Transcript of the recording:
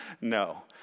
No